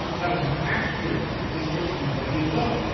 that was an accurate description of what he had done.